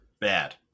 bad